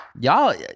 Y'all